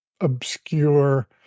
obscure